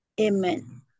Amen